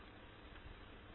ఇది మరింత అధునాతన దశ